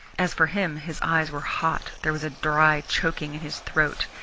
as for him, his eyes were hot, there was a dry choking in his throat.